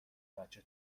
بچه